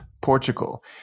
Portugal